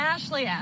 Ashley